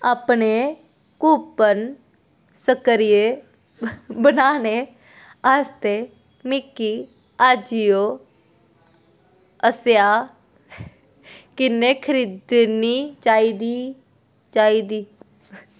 अपने कूपन सक्रिय बनाने आस्तै मिगी अजीओ आसेआ किन्नी खरीदनी चाहिदी चाहिदी